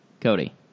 Cody